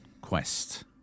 Quest